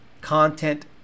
content